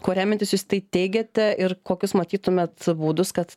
kuo remiantis jūs tai teigiate ir kokius matytumėt būdus kad